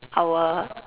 our